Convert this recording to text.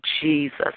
Jesus